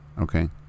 Okay